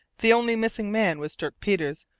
the only missing man was dirk peters,